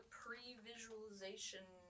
pre-visualization